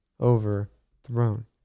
overthrown